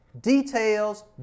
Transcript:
Details